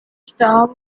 storm